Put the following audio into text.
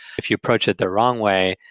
if you approached it the wrong way,